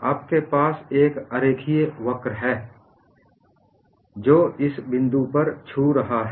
आपके पास एक अरेखीय वक्र है जो इस बिंदु पर छू रहा है